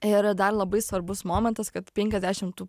ir dar labai svarbus momentas kad penkiasdešim tų